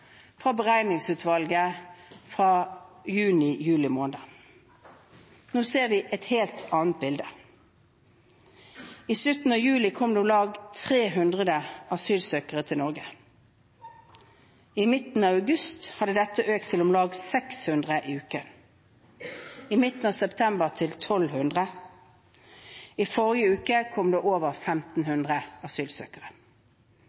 fra Beregningsutvalget fra juni–juli måned. Nå ser vi et helt annet bilde. I slutten av juli kom det om lag 300 asylsøkere til Norge. I midten av august hadde dette økt til om lag 600 i uken, i midten av september til 1 200. I forrige uke kom det over 1 500 asylsøkere.